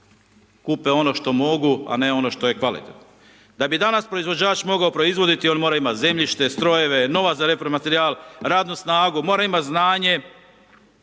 kupe ono što mogu, a ne ono što je kvalitetno. Da bi danas proizvođač mogao proizvoditi, on mora imati zemljište, strojeve, novac za repro materijal, radnu snagu, mora imati znanje,